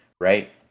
right